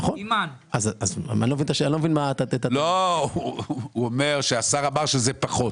לא, הוא אומר שהשר אמר שזה פחות.